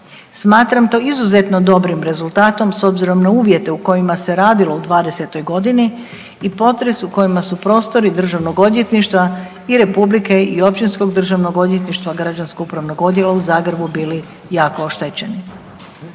Smatram to izuzetno dobrim rezultatom s obzirom na uvjete u kojima se radilo u '20.-toj godini i potresu u kojima su prostori državnog odvjetništva i Republike i Općinskog državnog odvjetništva, Građansko-upravnog odjela u Zagrebu bili jako oštećeni.